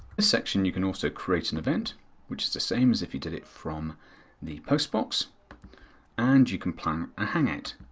section, you can also create an event which is the same as if you did it from the post box and you can plan a hangout.